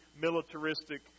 militaristic